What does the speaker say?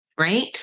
Right